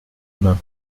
main